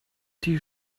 die